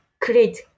Create